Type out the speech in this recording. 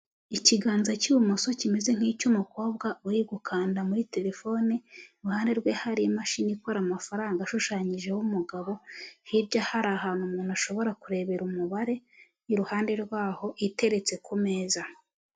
Ikiganza cy'ibumoso kimeze nk'icy'umukobwa uri gukanda muri telefone, iruhande rwe hari imashini ikora amafaranga ashushanyijeho umugabo, hirya hari ahantu umuntu ashobora kurebera umubare, iruhande rwaho iteretse ku meza.